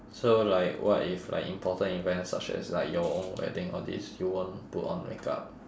so like what if like important events such as like your own wedding all this you won't put on makeup